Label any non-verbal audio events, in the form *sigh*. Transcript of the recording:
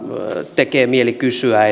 tekee mieli kysyä *unintelligible*